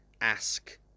ask